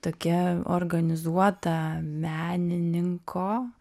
tokia organizuota menininko